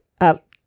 up